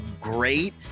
great